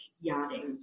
yachting